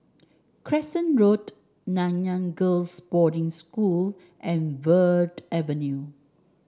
Crescent Road Nanyang Girls' Boarding School and Verde Avenue